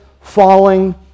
falling